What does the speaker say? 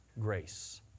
grace